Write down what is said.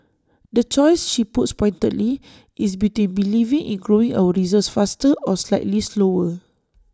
the choice she puts pointedly is between believing in growing our reserves faster or slightly slower